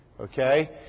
Okay